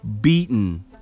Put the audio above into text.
beaten